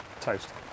toast